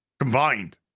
Combined